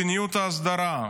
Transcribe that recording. את המונח הזה מדיניות ההסדרה,